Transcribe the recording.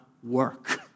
Work